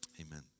amen